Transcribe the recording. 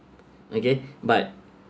okay but